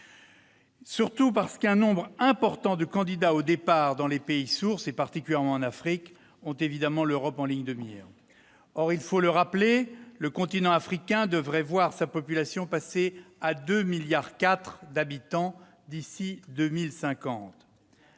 ? D'autre part, un nombre important de candidats au départ dans les pays sources- particulièrement en Afrique -a l'Europe en ligne de mire. Or, faut-il le rappeler, le continent africain devrait voir sa population passer à 2,4 milliards d'habitants d'ici à 2050.